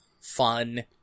fun